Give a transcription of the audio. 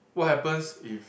what happens if